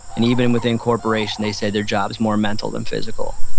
and even and within corporation, they said their job is more mental than physical.